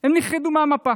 הם נכחדו מהמפה,